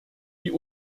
die